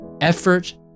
effort